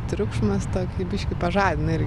triukšmas tokį biškį pažadina ir